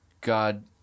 God—